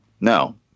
No